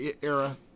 era